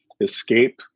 escape